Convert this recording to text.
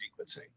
sequencing